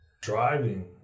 driving